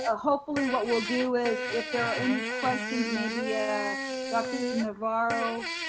ah hopefully what we'll do is, if there are any questions, maybe ah dr. navarro